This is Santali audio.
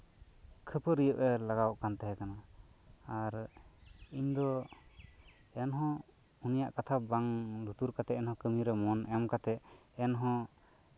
ᱠᱷᱟᱹᱯᱟᱹᱨᱤᱭᱟᱹᱜ ᱮ ᱞᱟᱜᱟᱜ ᱠᱟᱱ ᱛᱟᱦᱮᱸ ᱞᱮᱱᱟ ᱟᱨ ᱤᱧ ᱫᱚ ᱮᱱᱦᱚᱸ ᱩᱱᱤᱭᱟᱜ ᱠᱟᱛᱷᱟ ᱵᱟᱝ ᱞᱩᱛᱩᱨ ᱠᱟᱛᱮᱫ ᱠᱟᱹᱢᱤᱨᱮ ᱢᱚᱱ ᱮᱢ ᱠᱟᱛᱮᱫ ᱮᱱᱦᱚᱸ